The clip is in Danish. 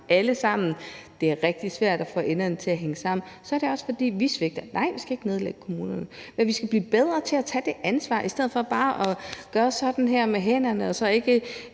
alle sammen, og det er rigtig svært at få enderne til at mødes – så er det også os, der svigter. Nej, vi skal ikke nedlægge kommunerne, men vi skal blive bedre til at tage det ansvar i stedet for bare at slå ud med armene og så ikke